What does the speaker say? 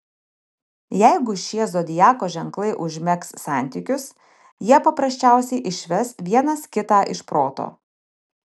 jeigu šie zodiako ženklai užmegs santykius jie paprasčiausiai išves vienas kitą iš proto